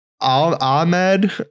Ahmed